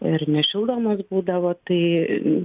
ir nešildomos būdavo tai